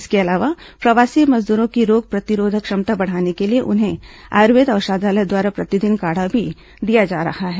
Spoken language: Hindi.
इसके अलावा प्रवासी मजदूरों की रोग प्रतिरोधक क्षमता बढ़ाने को लिए उन्हें आयुर्वेद औषधालय द्वारा प्रतिदिन काढ़ा भी दिया जा रहा है